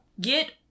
get